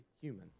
human